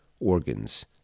organs